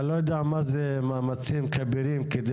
אני לא יודע מה זה מאמצים כבירים כדי